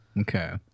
Okay